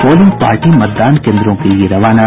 polling party मतदान केंद्रों के लिये रवाना